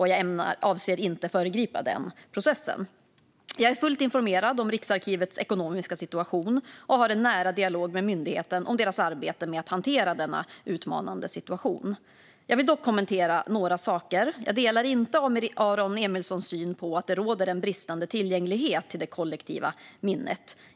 Jag avser inte att föregripa den processen. Jag är fullt informerad om Riksarkivets ekonomiska situation och har en nära dialog med myndigheten om dess arbete med att hantera denna utmanande situation. Jag vill dock kommentera några saker. Jag delar inte Aron Emilssons syn att det råder en bristande tillgänglighet till det kollektiva minnet.